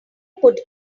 put